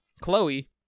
Chloe